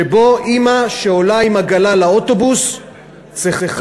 שבו אימא שעולה עם עגלה לאוטובוס צריכה